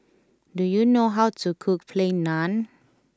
do you know how to cook Plain Naan